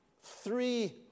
three